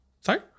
Sorry